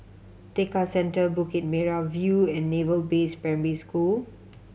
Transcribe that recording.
Tekka Centre Bukit Merah View and Naval Base Primary School